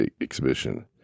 Exhibition